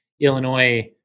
Illinois